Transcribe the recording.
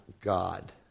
God